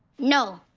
no,